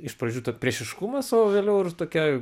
iš pradžių to priešiškumas o vėliau ir tokia